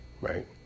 right